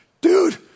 dude